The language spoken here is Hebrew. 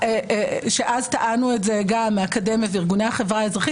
אז גם טענו את זה מהאקדמיה וארגוני החברה האזרחית,